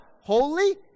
Holy